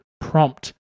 prompt